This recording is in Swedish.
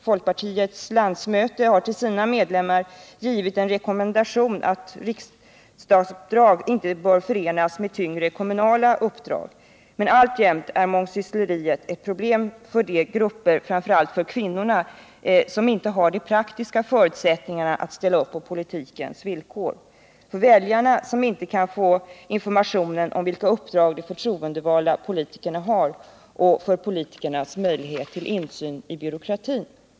Folkpartiet har vid sitt landsmöte till sina medlemmar givit rekommendationen att riksdagsuppdrag inte bör förenas med tyngre kommunala uppdrag. Men alltjämt är mångsyssleriet ett problem för de grupper, framför allt kvinnorna, som inte har de praktiska förutsättningarna att ställa upp på politikens villkor, för väljarna, som inte kan få information om vilka uppdrag de förtroendevalda politikerna har, och för politikerna, som får sämre möjligheter till insyn i byråkratin.